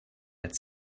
had